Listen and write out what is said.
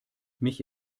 mich